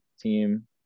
team